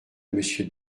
monsieur